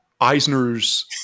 Eisner's